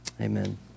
Amen